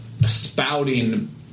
spouting